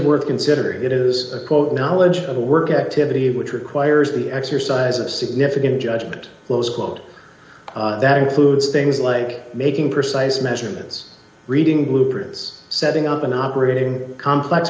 worth considering it is a quote knowledge of a work activity which requires the exercise of significant judgment close quote that includes things like making precise measurements reading d blueprints setting up an operating complex